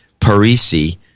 Parisi